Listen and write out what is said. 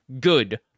Good